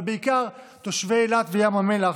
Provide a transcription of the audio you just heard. אבל בעיקר תושבי אילת וים המלח,